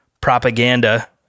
propaganda